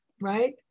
right